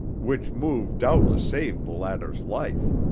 which move doubtless saved the latter's life.